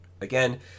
Again